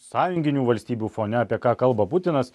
sąjunginių valstybių fone apie ką kalba putinas